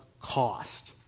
cost